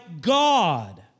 God